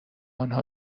انها